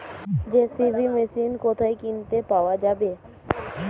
JCB machine কোথায় কিনতে পাওয়া যাবে?